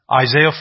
Isaiah